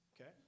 Okay